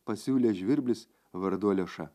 pasiūlė žvirblis vardu alioša